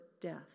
death